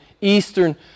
eastern